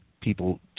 people